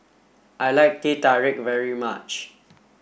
I like Teh Tarik very much